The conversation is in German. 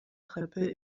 treppe